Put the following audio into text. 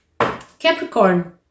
Capricorn